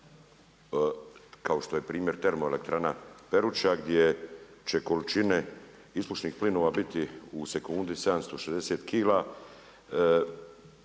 kao što je primjer termoelektrana Peruća gdje će količine ispušnih plinova biti u seknudi 760kg